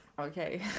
Okay